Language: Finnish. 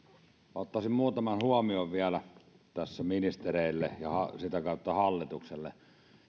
ottaisin muutaman huomion vielä tässä ministereille ja sitä kautta hallitukselle